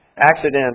accident